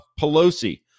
Pelosi